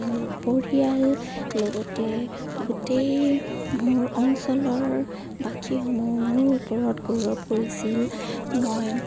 মোৰ পৰিয়াল লগতে গোটেই মোৰ অঞ্চলৰ বাকীসমূহো মোৰ ওপৰত গৌৰৱ কৰিছিল মই